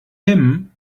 him